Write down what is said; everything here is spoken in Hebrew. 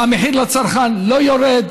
המחיר לצרכן לא יורד,